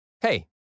Hey